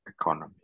economy